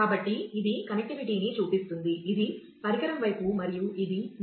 కాబట్టి ఇది కనెక్టివిటీని చూపిస్తుంది ఇది పరికరం వైపు మరియు ఇది మీ సేవా ప్రదాత వైపు బ్యాకెండ్